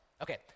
Okay